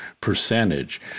percentage